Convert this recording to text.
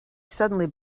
suddenly